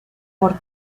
por